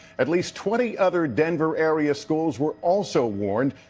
at least twenty other denver area schools were also warned.